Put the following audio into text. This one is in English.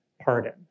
pardon